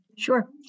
Sure